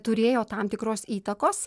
turėjo tam tikros įtakos